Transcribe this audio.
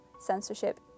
censorship